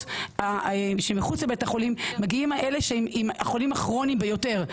שמחוץ לבית החולים מגיעים אלה החולים הכרוניים ביותר,